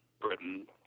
Britain